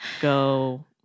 Go